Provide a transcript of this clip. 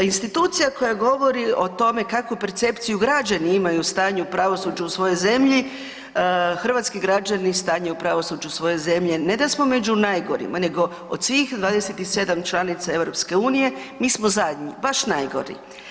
Institucija koja govori o tome kakvu percepciju građani imaju o stanju pravosuđa u svojoj zemlji, hrvatski građani stanje u pravosuđu svoje zemlje, ne da smo među najgorima, nego od svih 27 članica EU, mi smo zadnji, baš najgori.